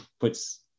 puts